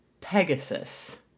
Pegasus